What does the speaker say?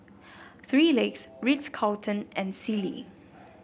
Three Legs Ritz Carlton and Sealy